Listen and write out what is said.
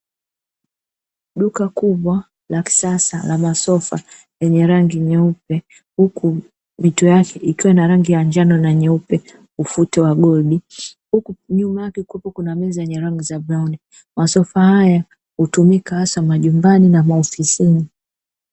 Duka kubwa la kisasa la masofa yenye rangi nyeupe, huku mito yake ikiwa na rangi ya njano na nyeupe, ufito wa goldi nyuma yake kukiwepo na meza za rangi ya brauni. Masofa haya hutumika hasa majumbani na maofisini.